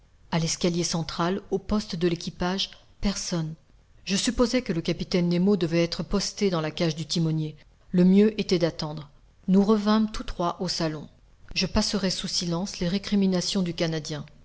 a l'escalier central au poste de l'équipage personne je supposai que le capitaine nemo devait être posté dans la cage du timonier le mieux était d'attendre nous revînmes tous trois au salon je passerai sous silence les récriminations du canadien